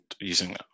using